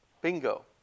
Bingo